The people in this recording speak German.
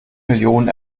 millionen